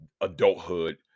adulthood